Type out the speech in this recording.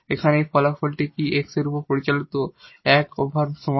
এখানে এই ফলাফলটি কি যে X এর উপর পরিচালিত 1 ওভার সমান হয়